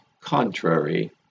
contrary